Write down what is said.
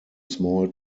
small